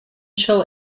shall